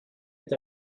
est